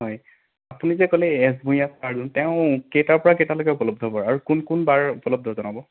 হয় আপুনি যে ক'লে এছ ভূঞা ছাৰ তেওঁ কেইটাৰ পৰা কেইটালৈকে উপলব্ধ বাৰু আৰু কোন কোন বাৰত উপলব্ধ জনাব